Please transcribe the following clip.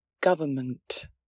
government